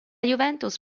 juventus